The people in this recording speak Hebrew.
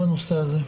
בנושא הזה.